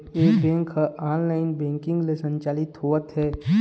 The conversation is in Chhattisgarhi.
ए बेंक ह ऑनलाईन बैंकिंग ले संचालित होवत हे